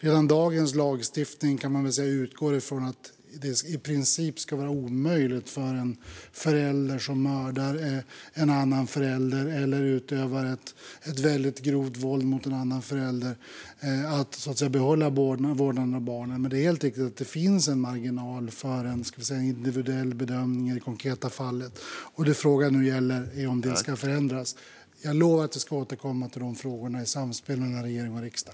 Man kan väl säga att redan dagens lagstiftning utgår från att det i princip ska vara omöjligt för en förälder som mördar eller utövar väldigt grovt våld mot en annan förälder att behålla vårdnaden om barnen, men det är helt riktigt att det finns en marginal för individuell bedömning i det konkreta fallet. Det frågan nu gäller är om detta ska förändras, och jag lovar att vi ska återkomma till dessa frågor i samspel mellan regering och riksdag.